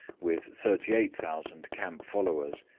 with thirty eight thousand camp followers,